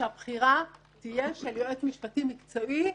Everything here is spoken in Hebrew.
שהבחירה תהיה של יועץ משפטי מקצועי ועצמאי.